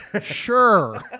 Sure